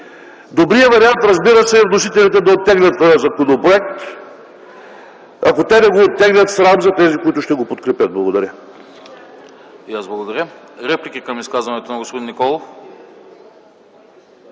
Добрият вариант, разбира се, е вносителите да оттеглят този законопроект. Ако не го оттеглят, срам за тези, които ще го подкрепят. Благодаря.